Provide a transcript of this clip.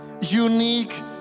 unique